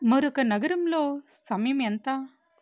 మరొక నగరంలో సమయం ఎంత